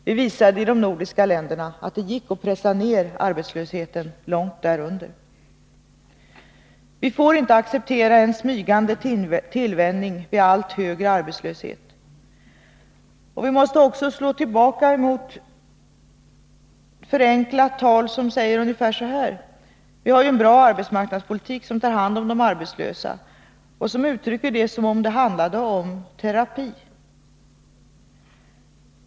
Vi visade i de nordiska länderna att det gick att pressa ned arbetslösheten långt därunder. Vi får inte acceptera en smygande tillvänjning vid allt högre arbetslöshet. Vi måste också slå tillbaka mot förenklat tal. Vi har ju en bra arbetsmarknadspolitik som tar hand om de arbetslösa, kan det heta, och samtidigt låter det som om det handlade om terapi.